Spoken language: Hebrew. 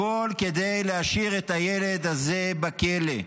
הכול כדי להשאיר את הילד הזה בכלא.